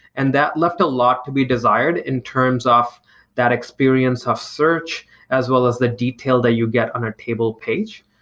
and that left a lot to be desired in terms of that experience of search as well as the detail that you get on a table page.